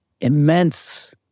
immense